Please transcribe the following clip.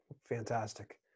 Fantastic